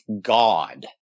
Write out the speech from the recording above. God